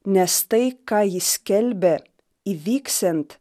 nes tai ką jis skelbė įvyksiant